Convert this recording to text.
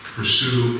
Pursue